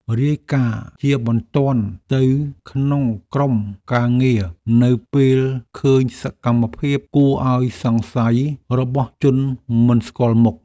រាយការណ៍ជាបន្ទាន់ទៅក្នុងក្រុមការងារនៅពេលឃើញសកម្មភាពគួរឱ្យសង្ស័យរបស់ជនមិនស្គាល់មុខ។